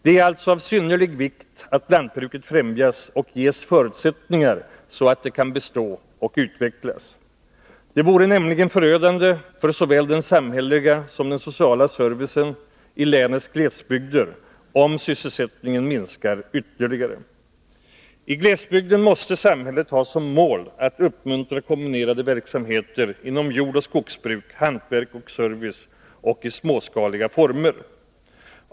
Det är alltså av synnerlig vikt att lantbruket främjas och ges förutsättningar så att det kan bestå och utvecklas. Det vore nämligen förödande för såväl den samhälleliga som den sociala servicen i länets glesbygder om sysselsättningen minskar ytterligare. I glesbygden måste samhället ha som mål att uppmuntra kombinerade verksamheter inom jordoch skogsbruk, hantverk och service, i småskaliga former.